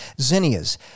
zinnias